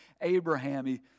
Abraham